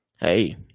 Hey